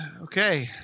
Okay